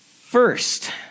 First